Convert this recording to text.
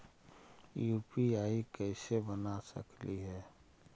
UPI कैसे बना सकली हे?